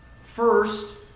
First